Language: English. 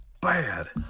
bad